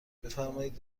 بفرمایید